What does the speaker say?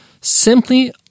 simply